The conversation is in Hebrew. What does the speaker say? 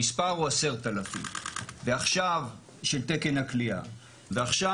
המספר של תקן הכליאה הוא 10,000. ועכשיו